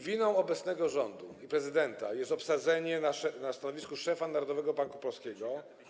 Winą obecnego rządu i prezydenta jest obsadzenie na stanowisku szefa Narodowego Banku Polskiego.